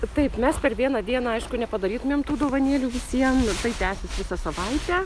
taip mes per vieną dieną aišku nepadarytumėm tų dovanėlių visiem tai tęsis visą savaitę